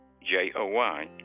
J-O-Y